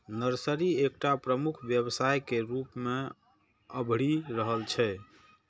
nursery एकटा प्रमुख व्यवसाय के रूप मे अभरि रहल छै